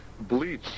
bleach